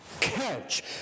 catch